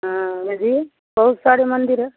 हाँ जी बहुत सारे मंदिर हैं